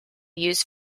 use